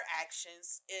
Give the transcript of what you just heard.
actions